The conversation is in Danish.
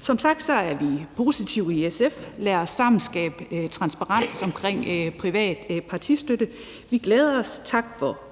Som sagt er vi positive i SF, lad os sammen skabe transparens omkring privat partistøtte, vi glæder os, tak for